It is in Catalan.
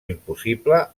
impossible